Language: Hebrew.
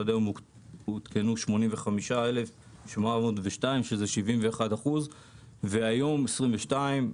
עד היום הותקנו 85,702 שזה 71%. והיום, 2022,